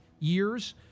Years